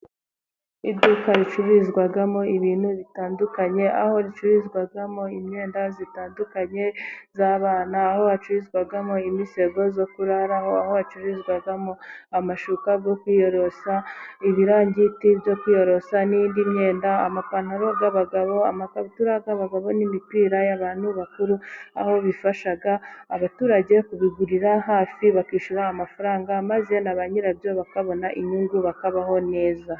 Iduka ricururizwamo ibintu bitandukanye, aho ricururizwamo imyenda itandukanye, y'abana aho hacururizwamo imisego yo kurararaho, aho hacururizwamo amashuka yo kwiyorosa, ibirangiti byo kwiyorosa, n'indi myenda amapantaro y'abagabo, n'amakabutura y'abagabo, n'imipira y'abantu bakuru, aho bifasha abaturage kubigurira hafi, bakishyura amafaranga maze na ba nyirabyo, bakabona inyungu bakabaho neza.